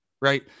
right